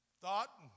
thought